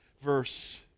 verse